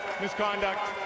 misconduct